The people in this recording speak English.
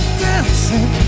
dancing